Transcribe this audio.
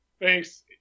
Thanks